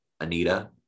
Anita